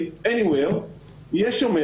מקום כאשר לפי התקנות האלה יהיה שומר